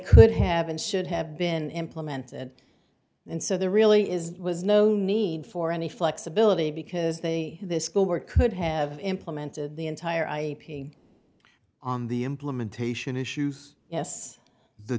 could have and should have been implemented and so there really is was no need for any flexibility because they this school board could have implemented the entire eye on the implementation issues yes the